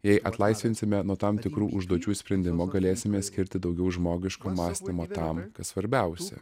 jei atlaisvinsime nuo tam tikrų užduočių sprendimo galėsime skirti daugiau žmogiško mąstymo tam kas svarbiausia